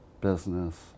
business